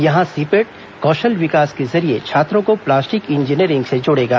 यहां सीपेट कौशल विकास के जरिए छात्रों को प्लास्टिक इंजीनियरिंग से जोड़ेगा